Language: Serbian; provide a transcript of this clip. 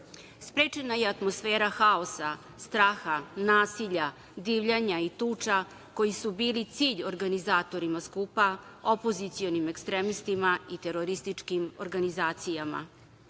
Sprečena je atmosfera haosa, straha, nasilja, divljanja i tuča koji su bili cilj organizatorima skupa, opozicionim ekstremistima i terorističkim organizacijama.